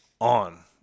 on